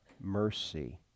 mercy